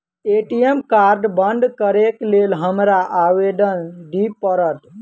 ATM card बंद करैक लेल हमरा आवेदन दिय पड़त?